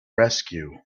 rescue